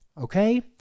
okay